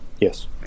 yes